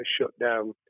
shutdown